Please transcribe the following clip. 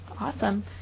Awesome